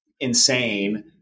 insane